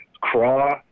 Craw